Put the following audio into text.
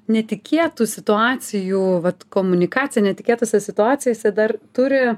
netikėtų situacijų vat komunikacija netikėtose situacijose dar turi